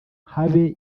habe